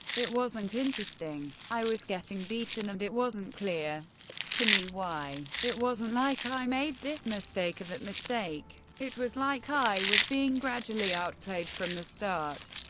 it wasn't interesting. i was getting beaten, and it wasn't clear to me why. it wasn't like i made this mistake or that mistake. it was like i was being gradually outplayed, from the start.